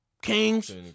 Kings